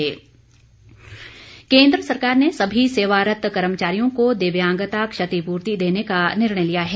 दिव्यांगता केंद्र सरकार ने सभी सेवारत्त कर्मचारियों को दिव्यांगता क्षतिपूर्ति देने का निर्णय लिया है